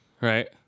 Right